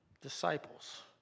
disciples